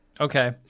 Okay